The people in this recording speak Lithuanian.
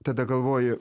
tada galvoji